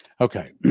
Okay